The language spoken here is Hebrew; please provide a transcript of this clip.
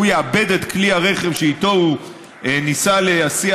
שהוא יאבד את הכלי שאיתו הוא ניסה להסיע